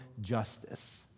justice